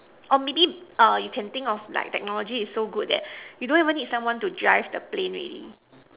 or maybe err you can think of like technology is so good that you don't even need someone to drive the plane already